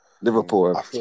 Liverpool